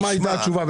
זו היתה התשובה.